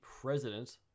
President